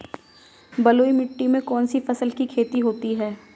बलुई मिट्टी में कौनसी फसल की खेती होती है?